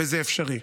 וזה אפשרי.